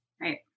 Right